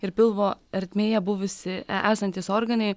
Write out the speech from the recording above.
ir pilvo ertmėje buvusi esantys organai